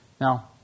Now